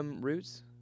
Roots